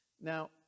Now